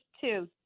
Two